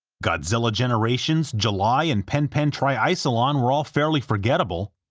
godzilla generations, july, and pen pen triicelon were all fairly forgettable.